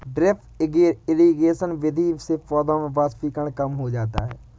drip irrigation विधि से पौधों में वाष्पीकरण कम हो जाता है